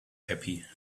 happy